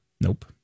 Nope